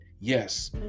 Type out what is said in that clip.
Yes